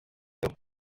you